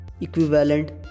equivalent